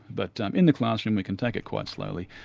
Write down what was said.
but um in the classroom we can take it quite slowly,